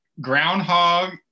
groundhog